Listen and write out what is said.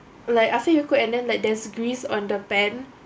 like after you cook and then like there's grease on the pan